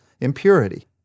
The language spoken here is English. impurity